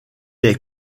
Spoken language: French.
est